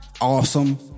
awesome